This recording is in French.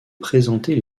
présenter